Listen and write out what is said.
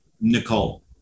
Nicole